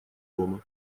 дома